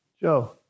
Joe